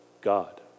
God